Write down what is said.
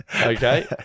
Okay